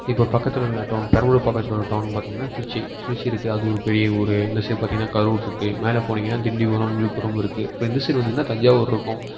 இப்போ பக்கத்தில் உள்ள டவுன் பெரம்பலூர் பக்கத்தில் உள்ள டவுன் பார்த்திங்கன்னா திருச்சி திருச்சி இருக்குது அது ஒரு பெரிய ஊர் இந்த சைட் பார்த்திங்கன்னா கரூர் இருக்குது மேலெ போனீங்கன்னால் திண்டிவனம் விழுப்புரம் இருக்குது அப்புறம் இந்த சைட் வந்திங்கன்னால் தஞ்சாவூர் இருக்கும்